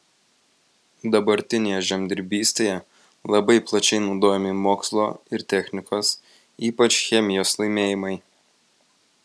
dabartinėje žemdirbystėje labai plačiai naudojami mokslo ir technikos ypač chemijos laimėjimai